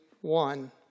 one